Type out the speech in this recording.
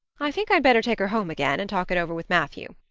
i think i'd better take her home again and talk it over with matthew.